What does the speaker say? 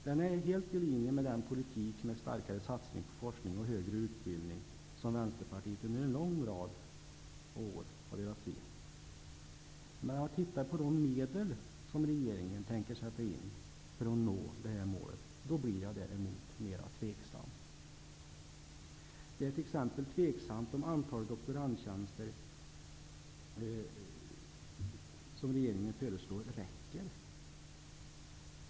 Den är helt i linje med den politik med starkare satsning på forskning och högre utbildning som Vänsterpartiet under en lång rad år har velat se. När jag tittar på de medel som regeringen tänker sätta in för att nå detta mål blir jag däremot mera tveksam. Det är t.ex. tveksamt om antalet doktorandtjänster som regeringen föreslår räcker.